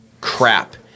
crap